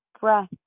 breath